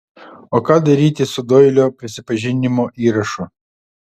o ką daryti su doilio prisipažinimo įrašu